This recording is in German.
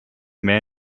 mehr